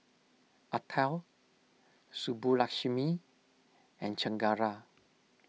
Atal Subbulakshmi and Chengara